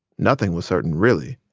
nothing was certain, really.